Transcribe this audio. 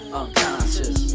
unconscious